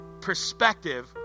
perspective